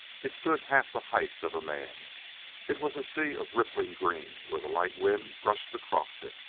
it stood half the height of a man it was a sea of rippling green where the light wind brushed across it.